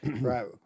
right